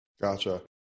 Gotcha